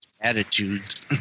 attitudes